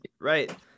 Right